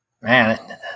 man